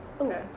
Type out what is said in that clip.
Okay